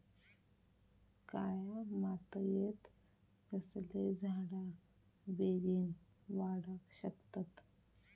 काळ्या मातयेत कसले झाडा बेगीन वाडाक शकतत?